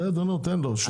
בסדר נו תן לו,